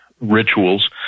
rituals